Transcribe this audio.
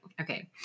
Okay